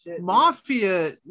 Mafia